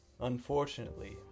Unfortunately